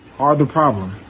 are the problem.